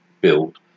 build